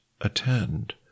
attend